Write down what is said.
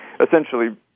essentially